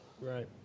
Right